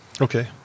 Okay